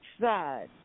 side